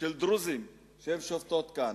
של דרוזים, הן שובתות כאן.